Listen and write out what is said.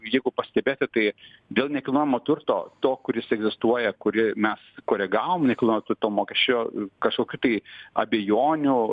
jeigu pastebėti tai dėl nekilnojamo turto to kuris egzistuoja kurį mes koregavom nekilnojamo turto mokesčio kažkokių tai abejonių